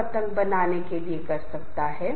इसलिए मानदंड ऐसा होना चाहिए जो सदस्यों को स्वीकार्य हो